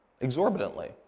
Exorbitantly